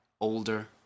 older